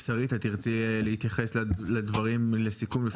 שרית, תרצי להתייחס לדברים לסיכום?